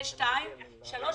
שלוש,